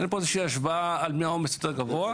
אין פה השוואה על מי העומס גבוה יותר.